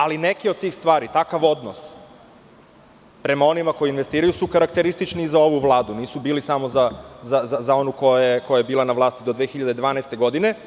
Ali, neke od tih stvari, takav odnos prema onima koji investiraju, su karakteristične za ovu vladu, nisu bili samo za onu koja je bila na vlasti do 2012. godine.